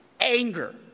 anger